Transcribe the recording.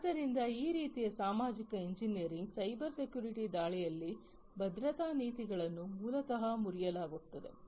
ಆದ್ದರಿಂದ ಈ ರೀತಿಯ ಸಾಮಾಜಿಕ ಎಂಜಿನಿಯರಿಂಗ್ ಸೈಬರ್ ಸೆಕ್ಯುರಿಟಿ ದಾಳಿಯಲ್ಲಿ ಭದ್ರತಾ ನೀತಿಗಳನ್ನು ಮೂಲತಃ ಮುರಿಯಲಾಗುತ್ತದೆ